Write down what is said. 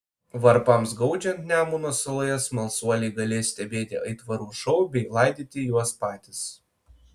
varpams gaudžiant nemuno saloje smalsuoliai galės stebėti aitvarų šou bei laidyti juos patys